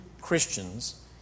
Christians